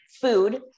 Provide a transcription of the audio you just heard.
food